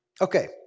Okay